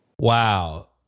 Wow